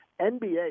NBA